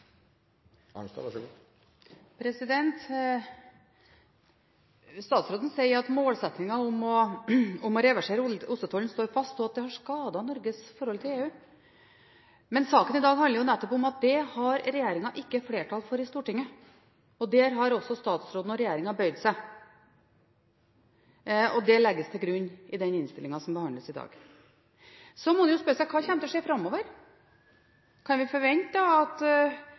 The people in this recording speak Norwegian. Statsråden sier at målsettingen om å reversere ostetollen står fast, og at den har skadet Norges forhold til EU. Men saken i dag handler nettopp om at regjeringen ikke har flertall for det i Stortinget, og det har også statsråden og regjeringen bøyd seg for. Det legges også til grunn i innstillingen som behandles i dag. Så må man spørre seg: Hva kommer til å skje framover? Kan vi forvente at